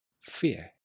fear